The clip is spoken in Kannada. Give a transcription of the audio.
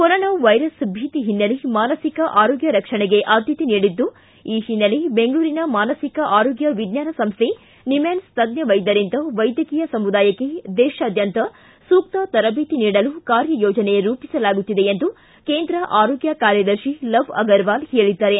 ಕೊರೋನಾ ವೈರಸ್ ಭೀತಿ ಹಿನ್ನೆಲೆ ಮಾನಸಿಕ ಆರೋಗ್ಯ ರಕ್ಷಣೆಗೆ ಆದ್ದತೆ ನೀಡಿದ್ದು ಈ ಹಿನ್ನೆಲೆ ಬೆಂಗಳೂರಿನ ಮಾನಸಿಕ ಆರೋಗ್ಕ ವಿಜ್ಞಾನ ಸಂಸ್ಕೆ ನಿಮ್ಹಾನ್ಸ್ ತಜ್ಞ ವೈದ್ಯರಿಂದ ವೈದ್ಯಕೀಯ ಸಮುದಾಯಕ್ಕೆ ದೇತಾದ್ಯಂತ ಸೂಕ್ತ ತರಬೇತಿ ನೀಡಲು ಕಾರ್ಯ ಯೋಜನೆ ರೂಪಿಸಲಾಗುತ್ತಿದೆ ಎಂದು ಕೇಂದ್ರ ಆರೋಗ್ಯ ಕಾರ್ಯದರ್ತಿ ಲವ್ ಅಗರ್ವಾಲ್ ಹೇಳಿದ್ದಾರೆ